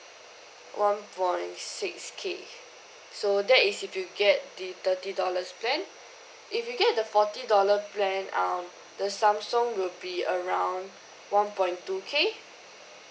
one point six K so that is if you get the thirty dollars plan if you get the forty dollar plan um the samsung would be around one point two K